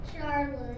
Charlotte